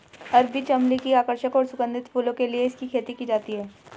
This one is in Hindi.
अरबी चमली की आकर्षक और सुगंधित फूलों के लिए इसकी खेती की जाती है